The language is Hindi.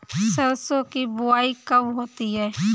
सरसों की बुआई कब होती है?